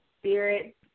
spirit